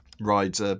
rides